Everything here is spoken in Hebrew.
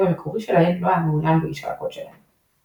המקורי שלהן לא היה מעוניין בגישה לקוד שלהן.